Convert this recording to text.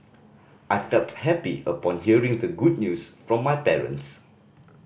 I felt happy upon hearing the good news from my parents